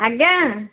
ଆଜ୍ଞା